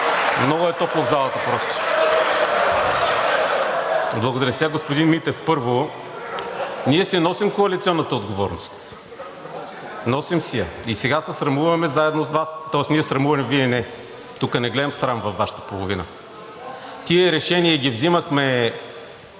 Много е топло в залата. Благодаря. Господин Митев, първо, ние си носим коалиционната отговорност, носим си я и сега се срамуваме заедно с Вас, тоест ние се срамуваме, а Вие не. Тук не гледам срам във Вашата половина. Тези решения ги взимахме